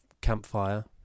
campfire